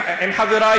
גם עם חברי,